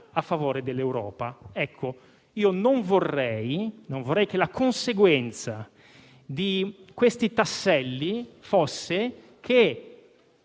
a favore dell'Europa. Non vorrei che la conseguenza di questi tasselli fosse il